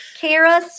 Kara